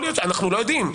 אנו לא יודעים.